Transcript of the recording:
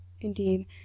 Indeed